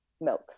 milk